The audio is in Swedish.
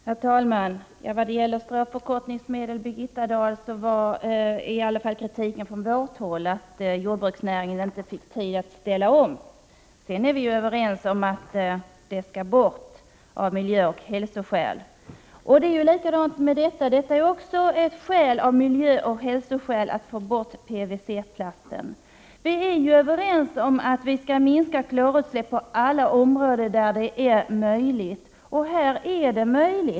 Herr talman! Birgitta Dahl, vad gäller stråförkortningsmedel innebar kritiken, i varje fall från vårt håll att jordbruksnäringen inte gavs tid till att ställa om sin verksamhet. Sedan är vi överens om att stråförkortningsmedel skall bort av miljöoch hälsoskäl. Det är på samma sätt med PVC-plasten. Vi bör få bort den av miljöoch hälsoskäl. Vi är ju överens om att vi skall minska klorutsläppen på alla områden där det är möjligt, vilket det är i detta fall.